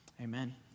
Amen